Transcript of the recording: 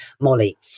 Molly